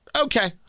Okay